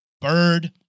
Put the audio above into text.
Bird